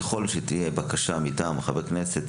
ככל שתהיה בקשה מטעם חבר כנסת,